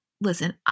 listen